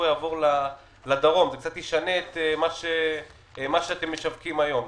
יעבור לדרום וזה קצת ישנה את מה שאתם משווקים היום.